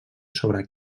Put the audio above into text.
sobre